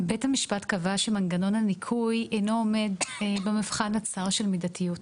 בית המשפט קבע שמנגנון הניכוי אינו עומד במבחן הצר של מידתיות.